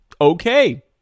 okay